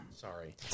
Sorry